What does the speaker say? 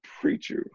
preacher